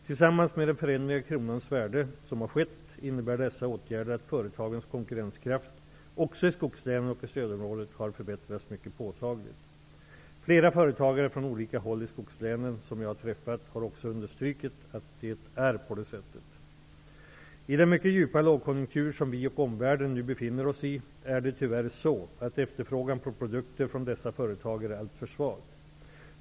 Tillsammans med den förändring av kronans värde som har skett innebär dessa åtgärder att företagens konkurrenskraft -- också i skogslänen och i stödområdet -- har förbättrats mycket påtagligt. Flera företagare från olika håll i skogslänen som jag har träffat har också understrukit att det är på det sättet. I den mycket djupa lågkonjunktur som Sverige och omvärlden nu befinner sig i är det tyvärr så, att efterfrågan på produkter från dessa företag är alltför svag.